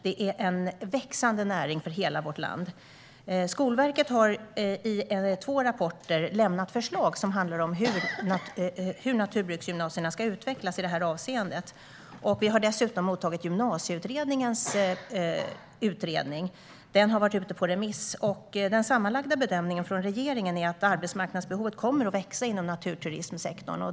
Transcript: Det är en växande näring i hela vårt land. Skolverket har i två rapporter lämnat förslag om hur naturbruksgymnasierna ska utvecklas i det här avseendet. Vi har dessutom mottagit gymnasieutredningen som har varit ute på remiss. Och regeringens sammanlagda bedömning är att arbetsmarknadsbehovet kommer att växa inom naturturismsektorn.